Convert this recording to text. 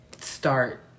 start